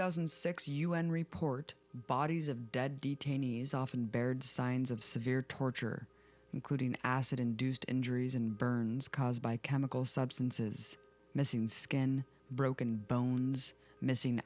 thousand and six un report bodies of dead detainees often bared signs of severe torture including acid induced injuries and burns caused by chemical substances missing skin broken bones missing